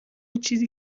چیزی